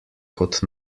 kot